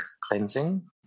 cleansing